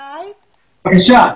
שי, בבקשה.